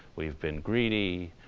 we've been greedy.